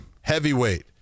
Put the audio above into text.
Heavyweight